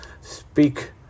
speak